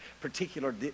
particular